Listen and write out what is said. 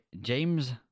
James